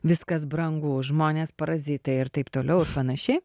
viskas brangu o žmonės parazitai ir taip toliau ir panašiai